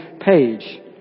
page